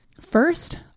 First